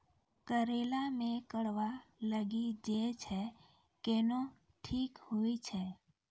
करेला मे गलवा लागी जे छ कैनो ठीक हुई छै?